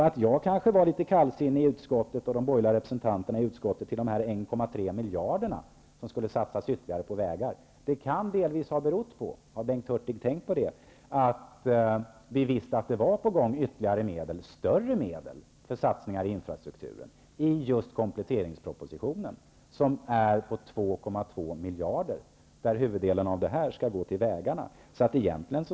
Att de borgerliga partiernas representanter i utskottet var litet kallsinniga till de ytterligare 1,3 miljarderna som skulle satsas på vägar kan delvis ha berott på -- har Bengt Hurtig tänkt på det? -- att vi visste att det var på gång i kompletteringspropositionen ytterligare medel, större medel, 2,2 miljarder, just för satsningar i infrastrukturen, där huvuddelen skall gå till vägarna.